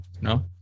no